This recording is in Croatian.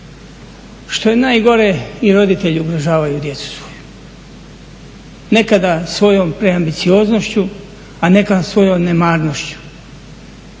Što je najgore i roditelji ugrožavaju djecu svoju. Nekada svojom preambicioznošću, a nekada svojom nemarnošću